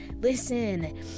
listen